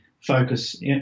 focus